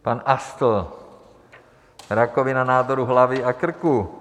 Pan Astl rakovina nádorů hlavy a krku.